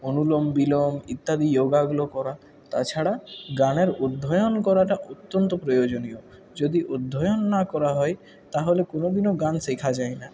অনুলোম বিলোম ইত্যাদি যোগাগুলো করা তাছাড়া গানের অধ্যয়ন করাটা অত্যন্ত প্রয়োজনীয় যদি অধ্যয়ন না করা হয় তাহলে কোনও দিনও গান শেখা যায় না